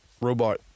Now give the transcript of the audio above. robot